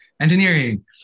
engineering